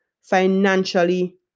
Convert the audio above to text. financially